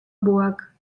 bułek